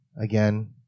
Again